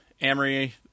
Amory –